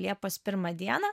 liepos pirmą dieną